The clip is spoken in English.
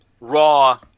raw